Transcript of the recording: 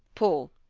paul!